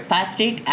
Patrick